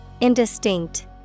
Indistinct